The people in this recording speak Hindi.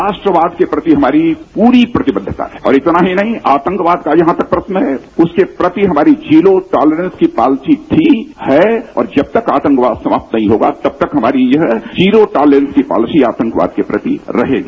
राष्ट्रवाद के प्रति हमारी प्रतिबद्धता है और इतना ही नहीं आतंकवाद का जहां तक प्रश्न है उसके प्रति हमारी जीरो टॉलरेन्स की पॉलिसी थी है और जब तक आतंकवाद समाप्त नहीं होगा तब तक हमारी यह जीरो टॉलरेन्स की पॉलिसी आतंकवाद के प्रति रहेगी